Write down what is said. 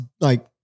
like-